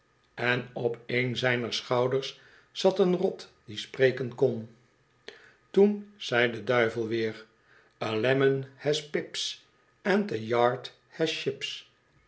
en op een zijner schouders zat een rot die spreken kon toen zei de duivel weer a lemon nas pips and a